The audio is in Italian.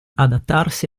adattarsi